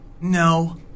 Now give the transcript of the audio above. no